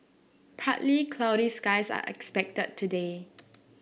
partly cloudy skies are expected today